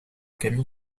camion